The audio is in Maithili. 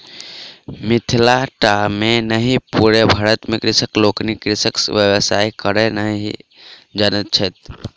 मिथिले टा मे नहि पूरे भारत मे कृषक लोकनि कृषिक व्यवसाय करय नहि जानैत छथि